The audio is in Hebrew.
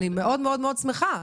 אני מאוד מאוד מאוד שמחה.